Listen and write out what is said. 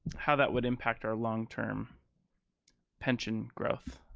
how that would impact our long term pension growth.